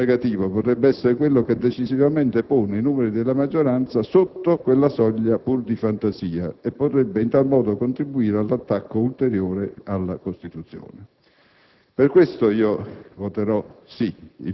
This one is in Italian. Il paradosso per me è che il mio voto negativo potrebbe essere quello che - decisivamente - pone i numeri della maggioranza sotto quella soglia, pur di fantasia. E potrebbe in tal modo contribuire all'attacco ulteriore alla Costituzione.